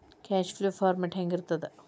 Cash flow format ಹೆಂಗಿರ್ತದ?